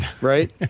Right